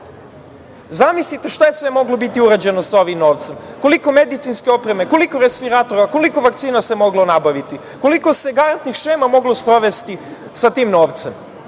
Zamislite šta je sve moglo biti urađeno ovim novcem, koliko medicinske opreme, koliko respiratora, koliko vakcina se moglo nabaviti, koliko se garantnih šema moglo sprovesti tim novcem. Stoga